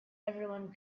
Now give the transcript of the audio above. everyone